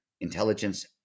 intelligence